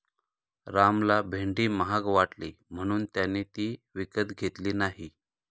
रामला भेंडी महाग वाटली म्हणून त्याने ती विकत घेतली नाही